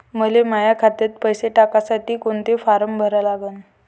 मले माह्या खात्यात पैसे टाकासाठी कोंता फारम भरा लागन?